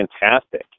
Fantastic